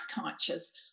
conscious